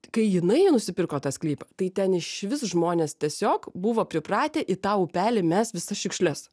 kai jinai nusipirko tą sklypą tai ten išvis žmonės tiesiog buvo pripratę į tą upelį mest visas šiukšles